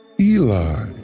Eli